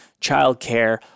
childcare